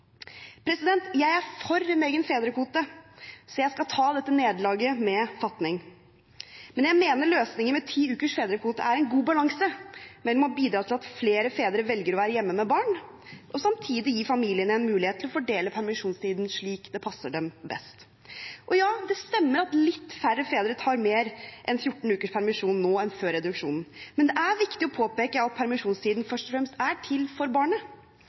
Jeg er for en egen fedrekvote, så jeg skal ta dette nederlaget med fatning. Men jeg mener løsningen med ti ukers fedrekvote er en god balanse mellom det å bidra til at flere fedre velger å være hjemme med barn, og det samtidig å gi familiene en mulighet til å fordele permisjonstiden slik det passer dem best. Ja, det stemmer at litt færre fedre tar mer enn 14 ukers permisjon nå enn før reduksjonen. Men det er viktig å påpeke at permisjonstiden først og fremst er til for barnet.